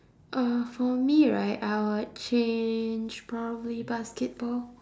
uh for me right I would change probably basketball